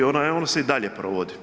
Ono se i dalje provodi.